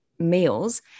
meals